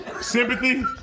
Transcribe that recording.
Sympathy